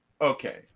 Okay